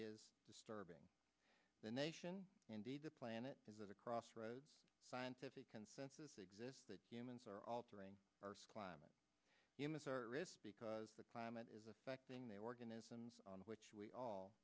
is disturbing the nation indeed the planet is at a crossroads scientific consensus exists that humans are altering our climate humans are risk because the climate is affecting the organisms on which we all